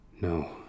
No